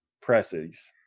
presses